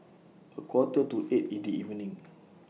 A Quarter to eight in The evening